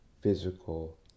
physical